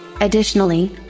Additionally